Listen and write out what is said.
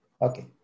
Okay